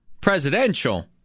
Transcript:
presidential